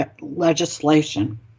legislation